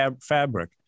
fabric